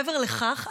מעבר לכך,